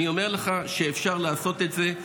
אני אומר לך שאפשר לעשות את זה.